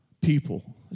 people